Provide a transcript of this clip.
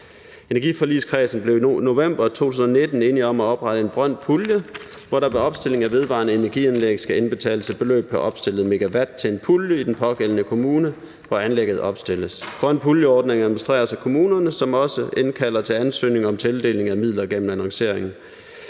energiforligskredsen blev der i november 2019 opnået enighed om at oprette en grøn pulje, hvor der ved opstilling af vedvarende energianlæg skal indbetales et beløb pr. opstillet megawatt til en pulje i den pågældende kommune, hvor anlægget opstilles. Grøn pulje-ordningen administreres af kommunerne, som også indkalder til ansøgning om tildeling af midler gennem annoncering.